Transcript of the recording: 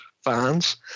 fans